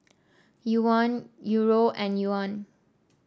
Yuan Euro and Yuan